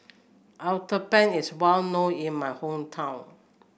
uthapam is well known in my hometown